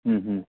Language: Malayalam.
മ് മ്